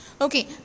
Okay